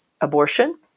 abortion